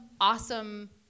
awesome